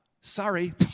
Sorry